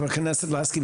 חברת הכנסת לסקי,